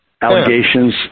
allegations